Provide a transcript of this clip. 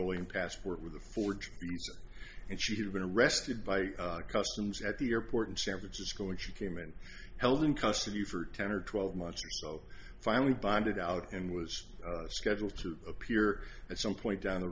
going passport with a forgery and she had been arrested by customs at the airport in san francisco and she came and held in custody for ten or twelve months finally bonded out and was scheduled to appear at some point down the